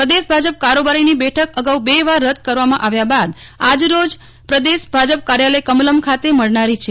પ્રદેશ ભાજપ કારોબારી ની બેઠક અગાઉ બે વાર રદ કરવામાં આવ્યા બાદ આજ રોજ પ્રદેશ ભાજપ કાર્યાલય કમલમ ખાતે મળનારી છે